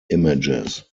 images